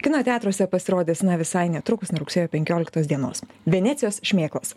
kino teatruose pasirodys na visai netrukus nuo rugsėjo penkioliktos dienos venecijos šmėklos